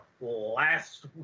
last